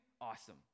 Awesome